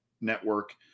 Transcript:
network